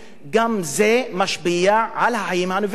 גם זה משפיע על החיים האוניברסיטאיים.